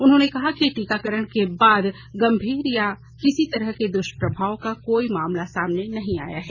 उन्होंने कहा कि टीकाकरण के बाद गंभीर या किसी तरह के दुष्प्रभाव का कोई मामला सामने नहीं आया है